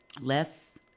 less